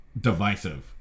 divisive